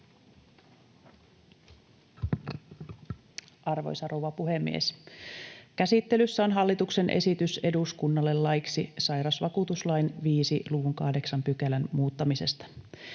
Arvoisa rouva puhemies! Käsittelyssä on hallituksen esitys eduskunnalle laiksi sairausvakuutuslain 5 luvun 8 §:n muuttamisesta.